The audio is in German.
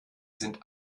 sind